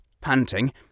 panting